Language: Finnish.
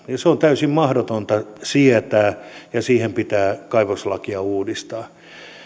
se on täysin mahdotonta sietää ja siinä pitää kaivoslakia uudistaa